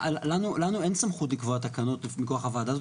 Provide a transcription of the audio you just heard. לנו אין סמכות לקבוע תקנות, מכוח הוועדה הזאת.